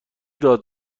داد